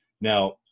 Now